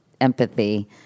empathy